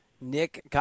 Nick